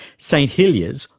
st hilliers,